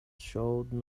showed